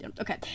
okay